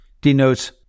denotes